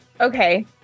Okay